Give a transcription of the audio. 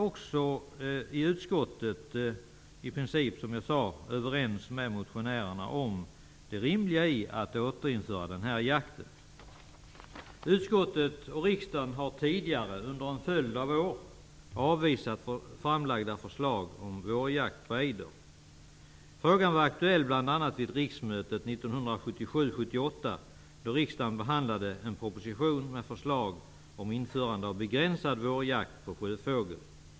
Vi i utskottet är också, som jag tidigare sade, i princip överens med motionärerna om det rimliga i att återinföra den här jakten. Utskottet och riksdagen har tidigare under en följd av år avvisat framlagda förslag om vårjakt på ejder. Frågan var aktuell bl.a. under riksmötet 1977/78, då riksdagen behandlade en proposition med förslag om införandet av en begränsad vårjakt på sjöfågel.